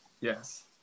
Yes